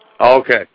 Okay